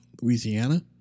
Louisiana